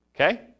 Okay